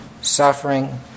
suffering